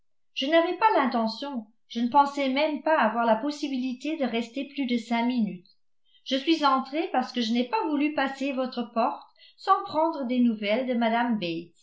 je n'avais pas l'intention je ne pensais même pas avoir la possibilité de rester plus de cinq minutes je suis entrée parce que je n'ai pas voulu passer votre porte sans prendre des nouvelles de mme